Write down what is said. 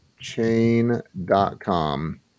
Chain.com